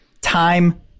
time